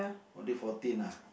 only fourteen ah